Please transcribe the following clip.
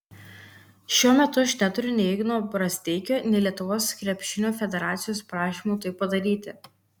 šiuo metu aš neturiu nei igno brazdeikio nei lietuvos krepšinio federacijos prašymo tai padaryti